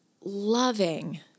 loving